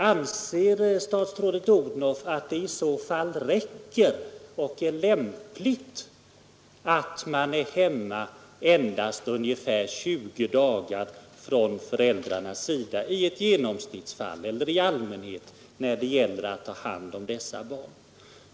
Anser statsrådet Odhnoff att det i så fall räcker och är lämpligt att någon av föräldrarna i allmänhet är hemma endast 20 dagar vid adoptionen av dessa barn?